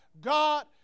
God